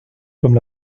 comme